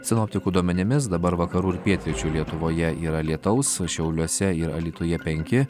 sinoptikų duomenimis dabar vakarų ir pietryčių lietuvoje yra lietaus šiauliuose ir alytuje penki